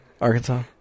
Arkansas